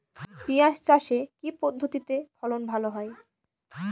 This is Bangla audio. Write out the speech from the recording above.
পিঁয়াজ চাষে কি পদ্ধতিতে ফলন ভালো হয়?